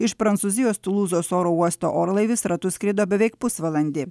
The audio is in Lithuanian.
iš prancūzijos tulūzos oro uosto orlaivis ratu skrido beveik pusvalandį